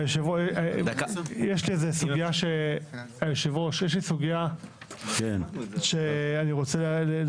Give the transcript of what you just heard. היושב ראש, יש לי סוגיה שאני רוצה להעלות.